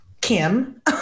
Kim